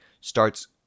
Starts